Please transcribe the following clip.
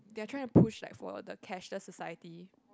they're trying to push like for the cashless society